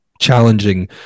challenging